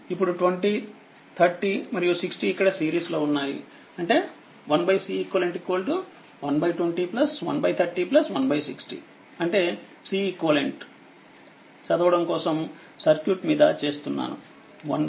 ఇప్పుడు20 30మరియు60 ఇక్కడసిరీస్లో ఉన్నాయిఅంటే 1 Ceq120130160అంటే CEQ చదవడంకోసంసర్క్యూట్ మీద చేస్తున్నాను